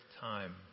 time